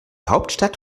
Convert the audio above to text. hauptstadt